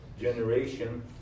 generation